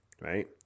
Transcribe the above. right